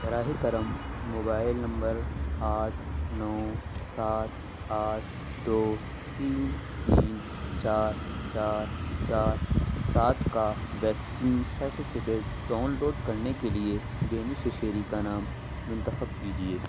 براہ کرم mobile number آٹھ نو سات آٹھ دو تین تین چار چار چار سات كا ویکسین سرٹیفکیٹ ڈاؤن لوڈ کرنے کے لیے بینیفشیری کا نام منتخب کیجیے